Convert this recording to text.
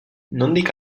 nondik